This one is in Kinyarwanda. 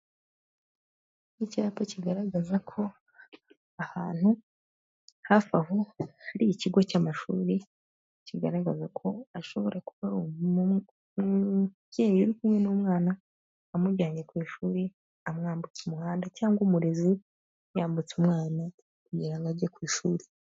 Icyapa kigaragaza ko ahantu hafi aho hari ikigo cy'amashuri, kigaragaza ko ashobora kuba ari umubyeyi uri kumwe n'umwana, amujyanye ku ishuri amwambutsa umuhanda, cyangwa umurezi yambutse umwana kugira ngo ajye ku ishuri.